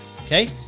Okay